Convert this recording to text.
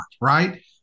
right